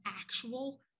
actual